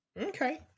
Okay